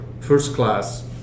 first-class